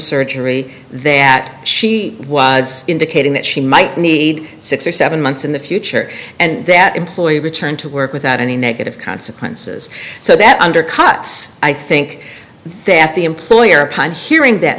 surgery that she was indicating that she might need six or seven months in the future and that employee returned to work without any negative consequences so that undercuts i think that the employer upon hearing that